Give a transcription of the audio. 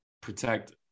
protect